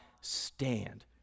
stand